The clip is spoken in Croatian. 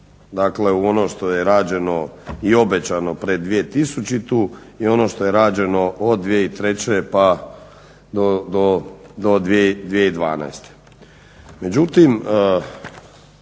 ulaziti u ono što je rađeno i obećano pred 2000. i ono što je rađeno od 2003. pa do 2012.